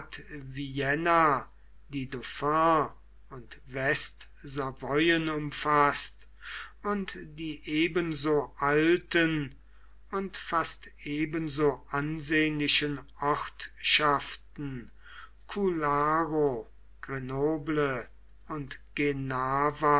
die dauphin und westsavoyen umfaßt und die ebenso alten und fast ebenso ansehnlichen ortschaften cularo grenoble und